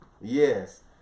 Yes